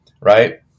right